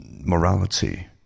morality